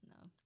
No